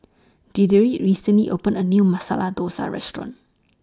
Deirdre recently opened A New Masala Dosa Restaurant